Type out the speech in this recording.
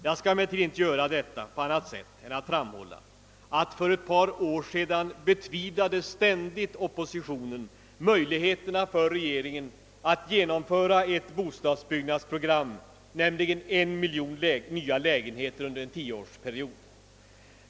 Jag skall emellertid inte göra detta på annat sätt än genom att framhålla, att oppositionen för ett par år sedan ständigt betvivlade regeringens möjligheter att genomföra sitt bostadsbyggnadsprogram, nämligen 1 miljon nya lägenheter under en tio årsperiod.